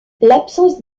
l’absence